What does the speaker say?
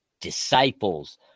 Disciples